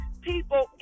people